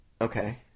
Okay